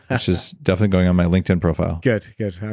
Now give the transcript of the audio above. which is definitely going on my linkedin profile good. good.